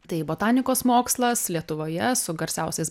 tai botanikos mokslas lietuvoje su garsiausiais